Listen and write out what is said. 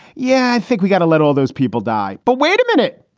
yeah, i think we got to let all those people die. but wait a minute.